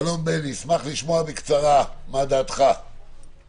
ושם האפשרויות לקבל את המידעים הן קצת יותר רחבות,